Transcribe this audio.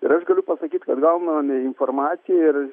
ir aš galiu pasakyt kad gauname informaciją ir